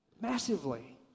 Massively